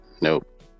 Nope